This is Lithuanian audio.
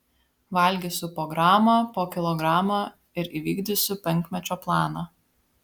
valgysiu po gramą po kilogramą ir įvykdysiu penkmečio planą